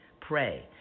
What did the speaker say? pray